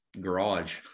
garage